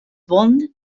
bond